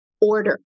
order